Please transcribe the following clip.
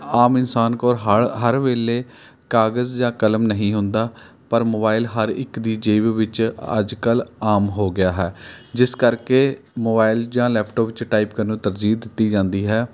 ਆਮ ਇਨਸਾਨ ਕੋਲ ਹਰ ਹਰ ਵੇਲੇ ਕਾਗਜ਼ ਜਾਂ ਕਲਮ ਨਹੀਂ ਹੁੰਦਾ ਪਰ ਮੋਬਾਇਲ ਹਰ ਇੱਕ ਦੀ ਜੇਬ ਵਿੱਚ ਅੱਜ ਕੱਲ੍ਹ ਆਮ ਹੋ ਗਿਆ ਹੈ ਜਿਸ ਕਰਕੇ ਮੋਬਾਇਲ ਜਾਂ ਲੈਪਟੋਪ 'ਚ ਟਾਈਪ ਕਰਨ ਨੂੰ ਤਰਜੀਹ ਦਿੱਤੀ ਜਾਂਦੀ ਹੈ